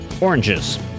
oranges